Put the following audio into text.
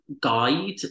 guide